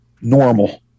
normal